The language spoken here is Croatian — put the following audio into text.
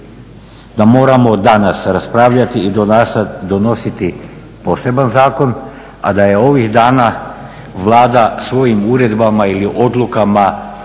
da moramo danas raspravljati i donositi poseban zakon, a da je ovih dana Vlada svojim uredbama ili odlukama